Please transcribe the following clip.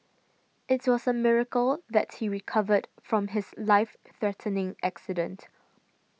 it was a miracle that he recovered from his life threatening accident